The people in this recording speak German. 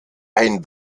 ein